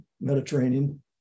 Mediterranean